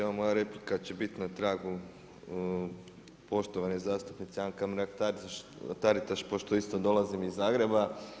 Evo mora replika će biti na tragu poštovane zastupnice Anke Mrak-Taritaš pošto isto dolazim iz Zagreba.